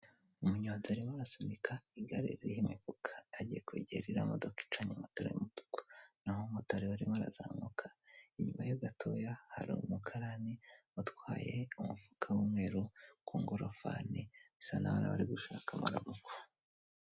Umunyonzi arimo arasunika igare ririho imifuka ajya kwegererira iriya modoka icanye amatara y'umutuku. Naho motari we ariho arazamuka, inyuma ye gatoya hari umukarani utwaye umufuka w'umweru ku ngorofani, bisa naho ari gushaka amaramuko.